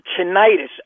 tinnitus